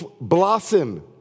blossom